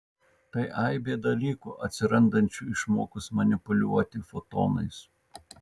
tai aibė dalykų atsirandančių išmokus manipuliuoti fotonais